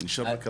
ומה"ט של